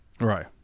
Right